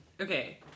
Okay